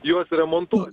juos remontuot